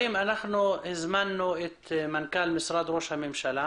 הזמנו את מנכ"ל משרד ראש הממשלה,